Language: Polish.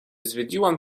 zwiedziłam